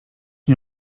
nie